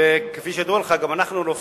כפי שידוע לך, גם אנחנו לא פראיירים.